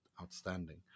outstanding